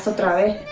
so day